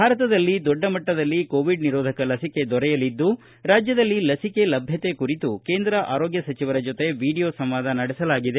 ಭಾರತದಲ್ಲಿ ದೊಡ್ಡಮಟ್ಟದಲ್ಲಿ ಕೋವಿಡ್ ನಿರೋಧಕ ಲಸಿಕೆ ದೊರೆಯಲಿದ್ದು ರಾಜ್ಯದಲ್ಲಿ ಲಸಿಕೆ ಲಭ್ಯತೆ ಕುರಿತು ಕೇಂದ್ರ ಆರೋಗ್ಯ ಸಚಿವರ ಜೊತೆ ವಿಡಿಯೋ ಸಂವಾದ ನಡೆಸಲಾಗಿದೆ